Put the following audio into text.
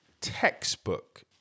textbook